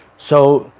so,